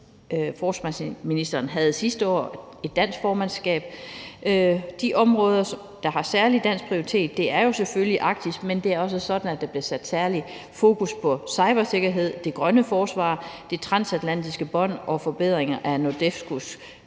forsvarsministeren havde sidste år – et dansk formandskab. De områder, der har særlig dansk prioritet, er selvfølgelig Arktis, men det er også sådan, at der bliver sat særlig fokus på cybersikkerhed, det grønne forsvar, det transatlantiske bånd og forbedringer af NORDEFCOs